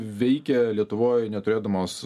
veikia lietuvoj neturėdamos